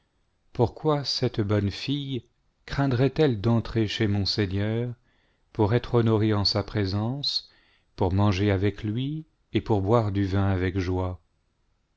pourquoi cette bonne fille craindrait-elle d'entrer chez mon seigneur pour être honorée en sa présence pour manger avec lui et pour boire du vin avec joie